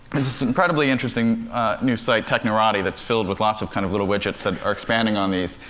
there's this incredibly interesting new site technorati that's filled with lots of kind of little widgets that are expanding on these.